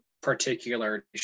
particular